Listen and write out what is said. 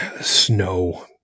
snow